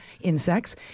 insects